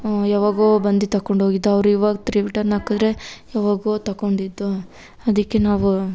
ಯಾವಾಗೋ ಬಂದು ತೊಕೊಂಡು ಹೋಗಿದ್ದು ಅವ್ರು ಇವಾಗ ತ್ರಿ ರಿಟನ್ ಹಾಕಿದ್ರೆ ಯಾವಾಗೋ ತೊಕೊಂಡಿದ್ದು ಅದಕ್ಕೆ ನಾವು